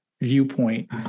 viewpoint